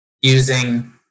using